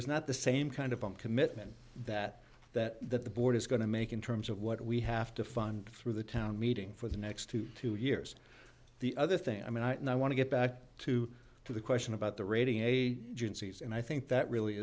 is not the same kind of a commitment that that that the board is going to make in terms of what we have to fund through the town meeting for the next two two years the other thing i mean and i want to get back to to the question about the rating agencies and i think that really